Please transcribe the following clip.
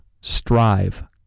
Strive